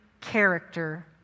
character